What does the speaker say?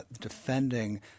defending